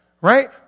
right